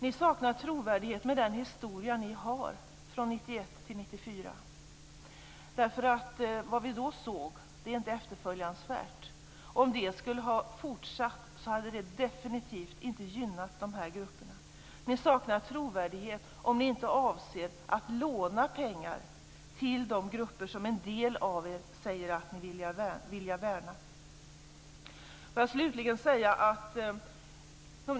Ni saknar trovärdighet med den historia ni har från 1991-1994. Vad vi då såg är inte efterföljansvärt. Om den politiken skulle ha fortsatt hade dessa grupper definitivt inte gynnats. Ni saknar trovärdighet om ni inte avser att låna pengar till de grupper som en del av er säger att ni vill värna.